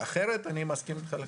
אחרת אני מסכים אתך לחלוטין.